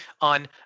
on